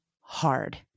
hard